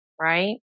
right